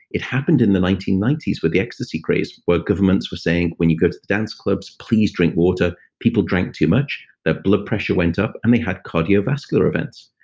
it happened in the nineteen ninety s with the ecstasy craze, where governments were saying, when you go to dance clubs, please drink water. people drink too much. their blood pressure went up and they had cardiovascular events.